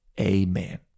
amen